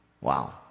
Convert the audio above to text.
Wow